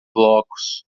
blocos